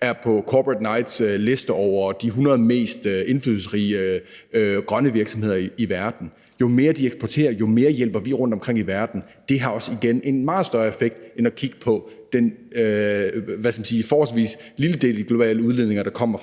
er på Corporate Knights' liste over de 100 mest indflydelsesrige grønne virksomheder i verden. Jo mere de eksporterer, jo mere hjælper vi rundtomkring i verden. Det har igen også en meget større effekt end at kigge på den, hvad skal man sige, forholdsvis lille del af den globale udledning, der kommer